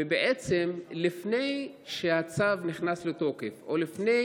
ולפני שהצו נכנס לתוקף, או לפני